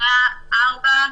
לתקנה 4,